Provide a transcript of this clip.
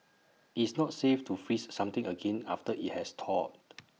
IT is not safe to freeze something again after IT has thawed